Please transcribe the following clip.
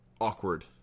awkward